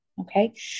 okay